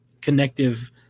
connective